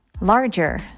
larger